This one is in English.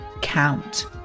count